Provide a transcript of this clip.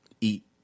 eat